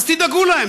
אז תדאגו להם.